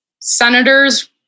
senators